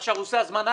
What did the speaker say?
עכשיו הוא עושה הזמנה,